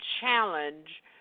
challenge